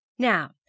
Now